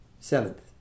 Seventh